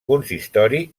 consistori